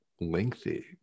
lengthy